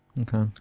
okay